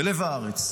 בלב הארץ.